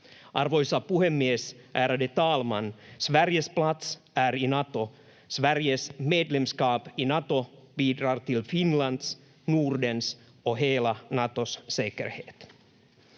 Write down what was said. Arvoisa puhemies, ärade talman! Sveriges plats är i Nato. Sveriges medlemskap i Nato bidrar till Finlands, Nordens och hela Natos säkerhet.